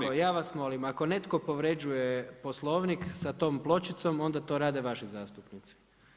Ovako, ja vas molim ako netko povređuje Poslovnik sa tom pločicom, onda to rade vaši zastupnici.